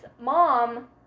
mom